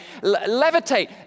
levitate